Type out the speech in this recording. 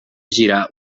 girar